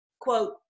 quote